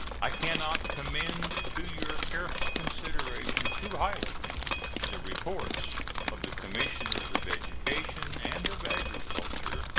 i can not commend to your careful consideration too highly the reports of the commissioners of education and of agriculture,